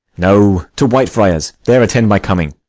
no, to white friars there attend my coming.